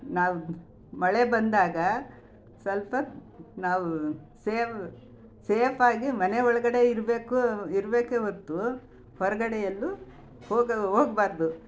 ನಾವು ಮಳೆ ಬಂದಾಗ ಸ್ವಲ್ಪ ನಾವು ಸೇವ್ ಸೇಫ್ ಆಗಿ ಮನೆ ಒಳಗಡೆ ಇರಬೇಕು ಇರಬೇಕೇ ಹೊರ್ತು ಹೊರಗಡೆ ಎಲ್ಲೂ ಹೋಗ ಹೋಗ್ಬಾರ್ದು